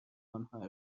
آنها